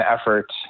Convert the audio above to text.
effort